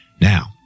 Now